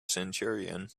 centurion